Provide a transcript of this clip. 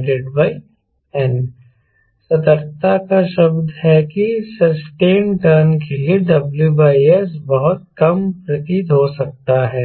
CD0n सतर्कता का एक शब्द है कि ससटेनड टर्न रेट के लिए WS बहुत कम प्रतीत हो सकता है